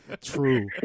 true